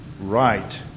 right